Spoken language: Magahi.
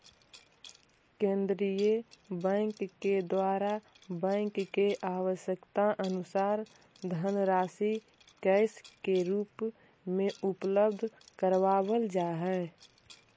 केंद्रीय बैंक के द्वारा बैंक के आवश्यकतानुसार धनराशि कैश के रूप में उपलब्ध करावल जा हई